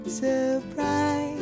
surprise